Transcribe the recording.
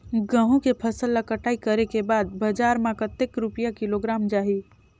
गंहू के फसल ला कटाई करे के बाद बजार मा कतेक रुपिया किलोग्राम जाही?